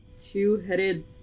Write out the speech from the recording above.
two-headed